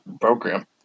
program